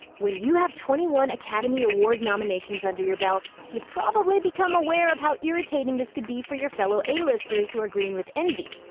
when you have twenty one academy award nominations under your belt, you probably become aware of how irritating this could be for your fellow a-listers who are green with envy.